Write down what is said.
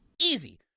Easy